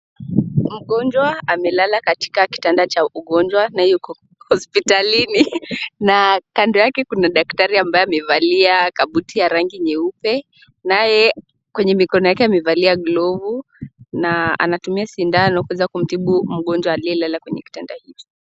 Mgonjwa amelala katika kitanda cha wagonjwa na yuko hospitalini na kando yake kuna daktari ambaye amevalia kabuti ya rangi nyeupe, naye kwenye mikono yake amevalia glovu na anatumia sindano kuweza kumtibu mgonjwa aliyelala kwenye kitanda hicho.